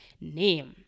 name